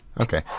Okay